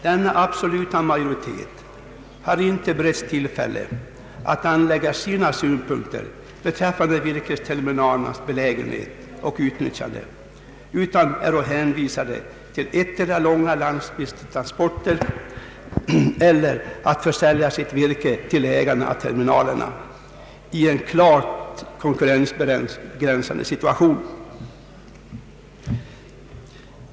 Denna absoluta majoritet har inte beretts tilifälle att anföra sina synpunkter beträffande virkesterminalernas belägenhet och nyttjande utan är hänvisad till antingen långa lastbilstransporter eller att försälja sitt virke till ägarna av terminalerna i en klart konkurrensbegränsande situation.